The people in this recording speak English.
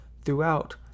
throughout